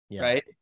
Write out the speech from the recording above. right